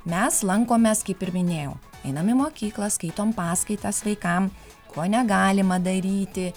mes lankomės kaip ir minėjau einam į mokyklą skaitom paskaitas vaikam ko negalima daryti